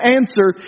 answer